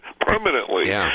permanently